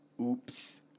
Oops